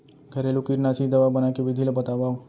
घरेलू कीटनाशी दवा बनाए के विधि ला बतावव?